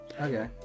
Okay